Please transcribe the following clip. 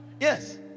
Yes